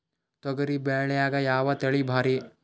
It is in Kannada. ತೊಗರಿ ಬ್ಯಾಳ್ಯಾಗ ಯಾವ ತಳಿ ಭಾರಿ?